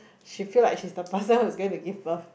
she feel like she the person whose going to give birth